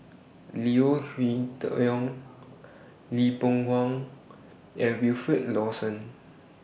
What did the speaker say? Leo Hee Tong Lee Boon Wang and Wilfed Lawson